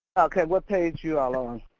okay what page you all on?